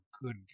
good